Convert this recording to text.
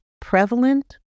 prevalent